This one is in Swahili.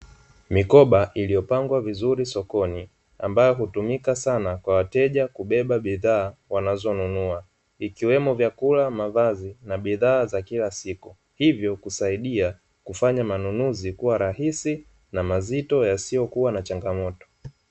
Mikoba iliyopangwa vizuri sokoni ambayo hutumika sana kwa wateja kubeba bidhaa wanazonunua ikiwemo vyakula, mavazi, na bidhaa za kila siku, hivyo kusaidia kufanya manunuzi kuwa rahisi na mazito yasiyokuwa na changamoto.